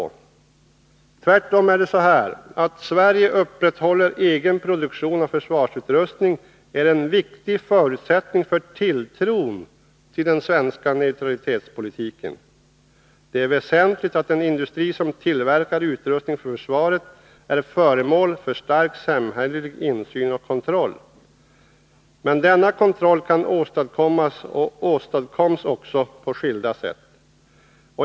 Tvärtom är det förhållandet att Sverige upprätthåller en egen produktion av försvarsutrustning en viktig förutsättning för tilltron till den svenska neutralitetspolitiken. Det är väsentligt att den industri som tillverkar utrustning för försvaret är föremål för stark samhällelig insyn och kontroll. Men den kontrollen kan åstadkommas och åstadkoms också på skilda sätt.